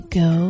go